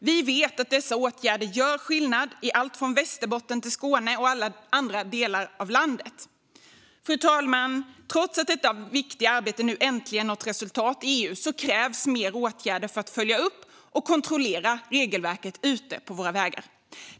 Vi vet att dessa åtgärder gör skillnad från Västerbotten till Skåne och i alla andra delar av landet. Fru talman! Trots att detta viktiga arbete nu äntligen nått resultat i EU krävs mer åtgärder för att följa upp och kontrollera regelverket ute på våra vägar.